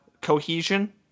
cohesion